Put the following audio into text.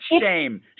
shame